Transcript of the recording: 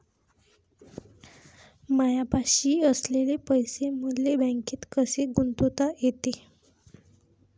मायापाशी असलेले पैसे मले बँकेत कसे गुंतोता येते?